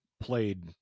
played